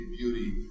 beauty